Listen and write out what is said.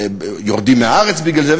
יורדים מהארץ בגלל זה,